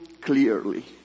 Clearly